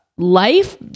life